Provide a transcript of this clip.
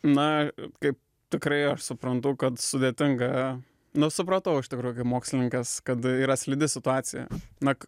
na kaip tikrai aš suprantu kad sudėtinga nu supratau iš tikrųjų kaip mokslininkas kad yra slidi situacija na